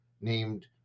named